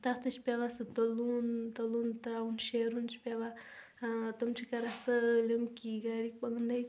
تتھ تہِ چھُ پیٚوان سُہ تُلُن تُلُن تراوُن شیرُن چھُ پیٚوان ٲں تِم چھِ کران سٲلِم کی گھرِکۍ پانے